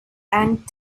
and